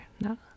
no